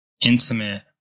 intimate